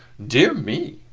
dear me!